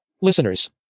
Listeners